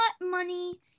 money